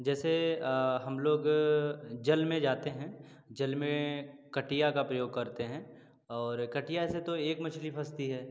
जैसे हम लोग जल में जाते हैँ जल में कटिया का प्रयोग करते हैँ और कटिया से तो एक मछली फंसती है